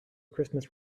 christmas